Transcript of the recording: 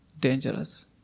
dangerous